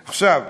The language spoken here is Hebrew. עכשיו,